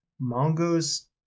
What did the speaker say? Mongo's